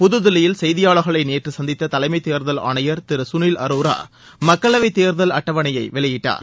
புதுதில்லியில் செய்தியாளர்களை நேற்று சந்தித்த தலைமைத் தேர்தல் ஆணையர் திரு சுனில் அரோரா மக்களவைத் தேர்தல் அட்டவணையைய் வெளியிட்டார்